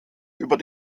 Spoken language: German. über